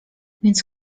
więc